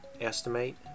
estimate